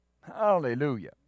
Hallelujah